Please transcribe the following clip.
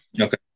Okay